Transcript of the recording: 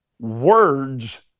words